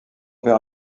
vers